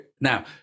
now